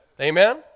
Amen